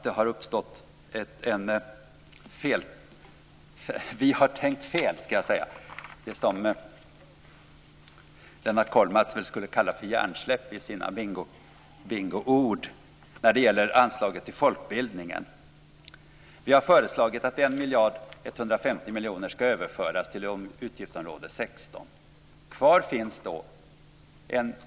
Det har uppstått ett fel, eller rättare: Vi har tänkt fel när det gäller anslaget till folkbildningen. Det skulle väl Lennart Kollmats med sina bingoord kalla för hjärnsläpp.